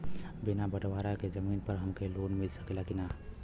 बिना बटवारा के जमीन पर हमके लोन मिल सकेला की ना?